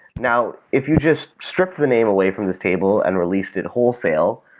now, if you just strip the name away from the table and released it wholesale,